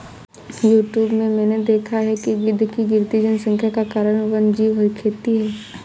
YouTube में मैंने देखा है कि गिद्ध की गिरती जनसंख्या का कारण वन्यजीव खेती है